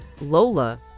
Lola